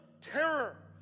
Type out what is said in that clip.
terror